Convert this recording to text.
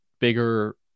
bigger